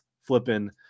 flipping